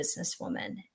businesswoman